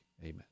Amen